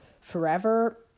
forever